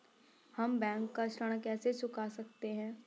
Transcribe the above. हम बैंक का ऋण कैसे चुका सकते हैं?